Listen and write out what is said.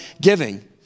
giving